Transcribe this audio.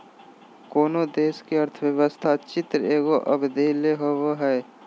कोनो देश के अर्थव्यवस्था चित्र एगो अवधि ले होवो हइ